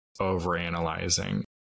overanalyzing